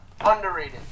Underrated